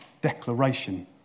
declaration